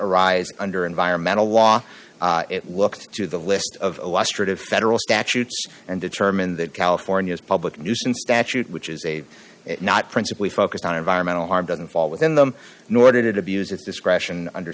arise under environmental law it looked to the list of federal statutes and determined that california's public nuisance statute which is a not principally focused on environmental harm doesn't fall within them nor did it abuse its discretion under